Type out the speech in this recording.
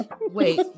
Wait